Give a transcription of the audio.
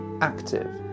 active